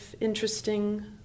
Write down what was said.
interesting